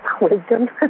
Wisdom